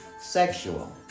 Sexual